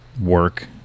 work